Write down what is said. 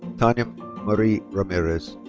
tanya marie ramirez.